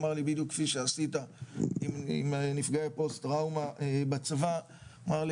הוא אמר לי בדיוק כפי שעשית עם נפגעי פוסט טראומה בצבא אני